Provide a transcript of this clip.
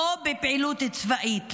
או בפעילות צבאית.